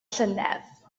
llynedd